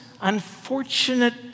unfortunate